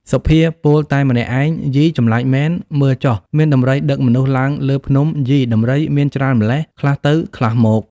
សុភាពោលតែម្នាក់ឯង យី ចម្លែកមែន មើលចុះ មានដំរីដឹកមនុស្សឡើងលើភ្នំ យី ដំរីមានច្រើនម៉្លេះ ខ្លះទៅខ្លះមក។